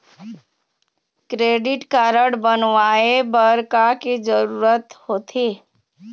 Credit card बनवाए बर का के जरूरत होते?